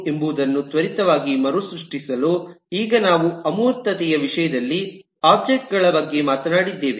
ಎಂಬುದನ್ನು ತ್ವರಿತವಾಗಿ ಮರುಸೃಷ್ಟಿಸಲು ಈಗ ನಾವು ಅಮೂರ್ತತೆಯ ವಿಷಯದಲ್ಲಿ ಒಬ್ಜೆಕ್ಟ್ ಗಳ ಬಗ್ಗೆ ಮಾತನಾಡಿದ್ದೇವೆ